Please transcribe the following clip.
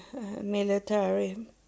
military